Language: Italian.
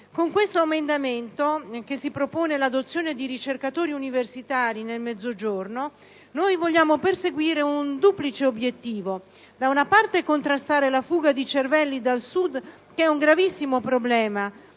Con questo emendamento, che propone l'adozione di ricercatori universitari del Mezzogiorno, vogliamo perseguire un duplice obiettivo: da una parte, contrastare la fuga di cervelli dal Sud, che è un gravissimo problema